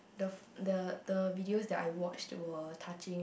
the the the videos that I watched were touching